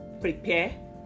prepare